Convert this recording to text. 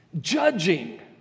judging